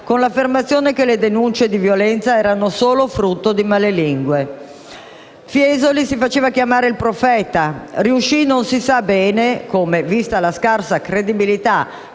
con l'affermazione che le denunce di violenza erano solo frutto di malelingue. Fiesoli si faceva chiamare «il profeta». Riuscì - non si sa bene come, vista la scarsa credibilità